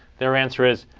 their answer is,